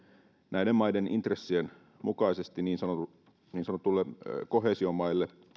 näiden maiden intressien mukaisesti niin sanotuille koheesiomaille